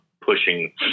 pushing